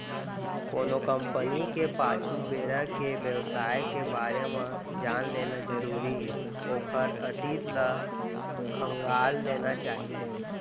कोनो कंपनी के पाछू बेरा के बेवसाय के बारे म जान लेना जरुरी हे ओखर अतीत ल खंगाल लेना चाही